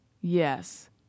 Yes